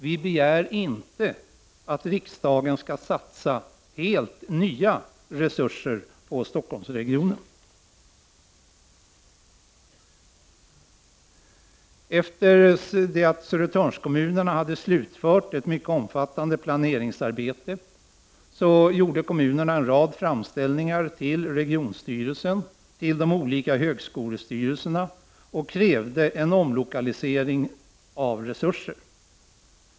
Vi begär inte att riksdagen skall satsa helt nya resurser på Stockholmsregionen. Efter det att Södertörnskommunerna hade slutfört ett mycket omfattande planeringsarbete gjorde kommunerna en rad framställningar till regionstyrelsen och till de olika högskolestyrelserna och krävde en omlokalisering av resurser.